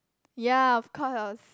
ya of course I was